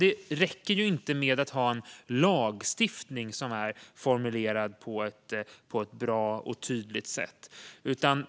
Det räcker dock inte att ha en lagstiftning som är formulerad på ett bra och tydligt sätt.